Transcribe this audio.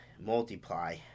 multiply